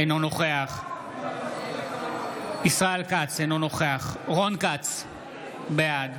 אינו נוכח ישראל כץ, אינו נוכח רון כץ, בעד